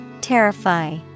Terrify